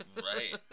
Right